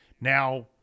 now